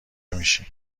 میشی